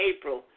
April